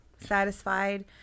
satisfied